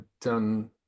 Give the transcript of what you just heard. done